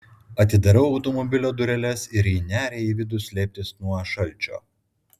atidarau automobilio dureles ir ji neria į vidų slėptis nuo šalčio